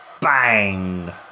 Bang